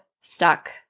stuck